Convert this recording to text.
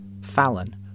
Fallon